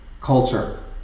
culture